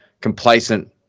complacent